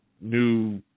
new